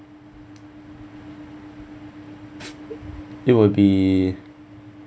it will be